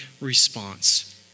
response